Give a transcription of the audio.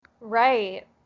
Right